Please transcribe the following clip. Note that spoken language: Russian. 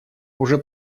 уже